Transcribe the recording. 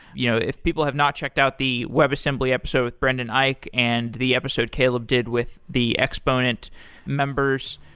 you know if people have not checked out the web assembly assembly episode with brendan eich and the episode caleb did with the exponent members,